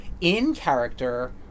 in-character